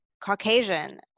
Caucasian